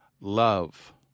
love